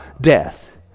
death